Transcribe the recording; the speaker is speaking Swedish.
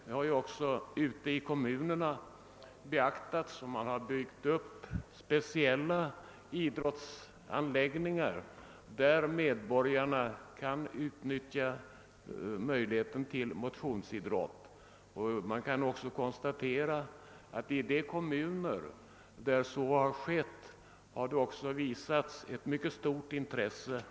Detta har också beaktats i kommunerna, där man har byggt särskilda anläggningar för motionsidrott. Det kan konstateras att i de kommuner där så har skett har medborgarna visat ett mycket stort intresse.